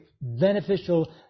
beneficial